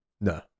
No